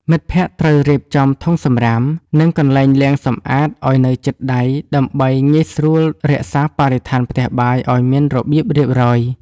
មិត្តភក្តិត្រូវរៀបចំធុងសំរាម និងកន្លែងលាងសម្អាតឱ្យនៅជិតដៃ ដើម្បីងាយស្រួលរក្សាបរិស្ថានផ្ទះបាយឱ្យមានរបៀបរៀបរយ។